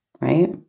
right